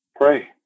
Pray